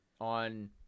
on